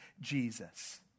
Jesus